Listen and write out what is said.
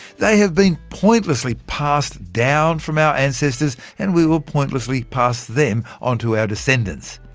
they have been pointlessly passed down from our ancestors, and we will pointlessly pass them on to our descendants.